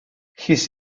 his